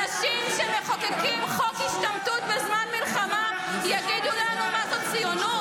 אנשים שמחוקקים חוק השתמטות בזמן מלחמה יגידו לנו מה זו ציונות?